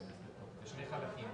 זה בחלק הראשון.